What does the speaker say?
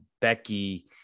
Becky